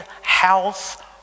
health